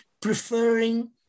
preferring